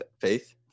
Faith